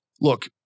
Look